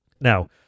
Now